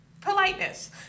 politeness